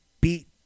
beat